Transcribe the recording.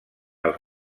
els